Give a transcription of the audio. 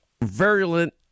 virulent